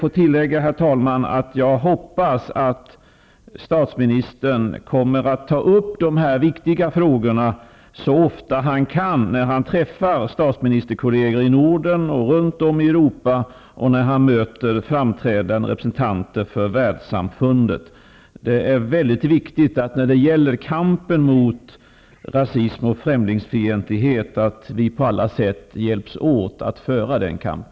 Låt mig få tillägga att jag hoppas att statsministern kommer att ta upp dessa viktiga frågor så ofta han kan när han träffar statsministerkolle ger i Norden och runt om i Europa samt när han möter framträdande repre sentanter för Världssamfundet. När det gäller kampen mot rasism och främ lingsfientlighet är det väldigt viktigt att vi på alla sätt hjälps åt att föra denna kamp.